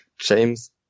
James